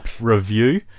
review